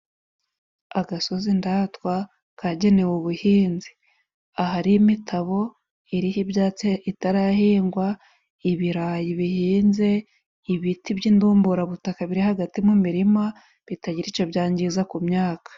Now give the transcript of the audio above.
Agasozi ndatwa kagenewe ubuhinzi, ahari imitabo iriho ibyatsi itarahingwa, ibirayi bihinze, ibiti by'indumburabutaka biri hagati mu mirima bitagira ico byangiza ku myaka.